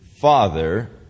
father